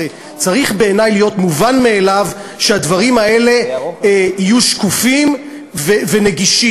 בעיני זה צריך להיות מובן מאליו שהדברים האלה יהיו שקופים ונגישים.